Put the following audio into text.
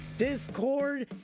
discord